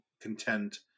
content